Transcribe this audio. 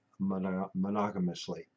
monogamously